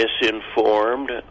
misinformed